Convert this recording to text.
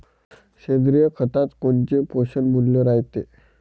सेंद्रिय खतात कोनचे पोषनमूल्य रायते?